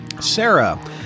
Sarah